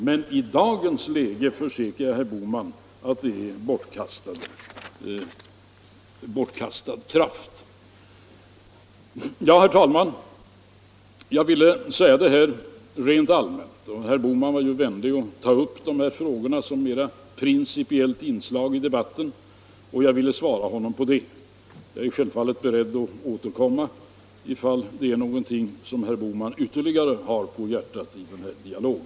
Men i dagens läge, det försäkrar jag herr Bohman, är det bortkastad kraft. Herr talman! Jag ville säga detta rent allmänt. Herr Bohman var ju vänlig nog att ta upp de här frågorna som mera principiellt inslag i debatten och jag ville svara honom. Självfallet är jag beredd att återkomma ifall det är någonting som herr Bohman ytterligare har på hjärtat i den här dialogen.